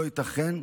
לא ייתכן,